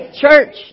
church